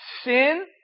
sin